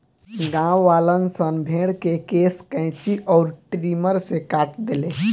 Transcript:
गांववालन सन भेड़ के केश कैची अउर ट्रिमर से काट देले